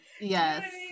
Yes